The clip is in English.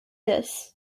this